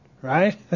right